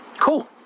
Cool